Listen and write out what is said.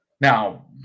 Now